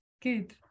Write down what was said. good